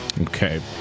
Okay